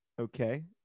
Okay